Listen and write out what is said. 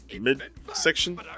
mid-section